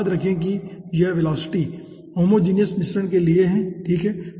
याद रखें कि यह वेलोसिटी होमोजीनियस मिश्रण के लिए है ठीक है